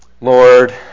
Lord